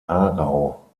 aarau